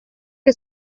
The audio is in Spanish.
que